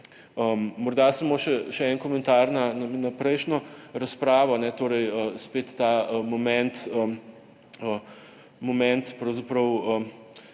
Morda samo še en komentar na prejšnjo razpravo. Torej spet ta moment, kje najti